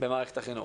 במערכת החינוך.